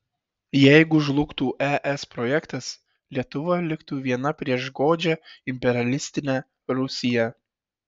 jeigu žlugtų es projektas lietuva liktų viena prieš godžią imperialistinę rusiją